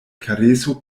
karesu